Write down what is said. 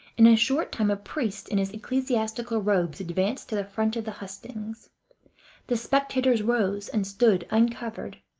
in a short time a priest in his ecclesiastical robes advanced to the front of the hustings the spectators rose, and stood uncovered,